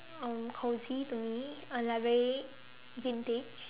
um cosy to me uh like very vintage